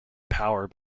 power